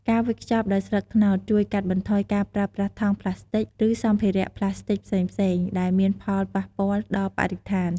ការវេចខ្ចប់ដោយស្លឹកត្នោតជួយកាត់បន្ថយការប្រើប្រាស់ថង់ប្លាស្ទិក ឬសម្ភារៈប្លាស្ទិកផ្សេងៗ ដែលមានផលប៉ះពាល់ដល់បរិស្ថាន។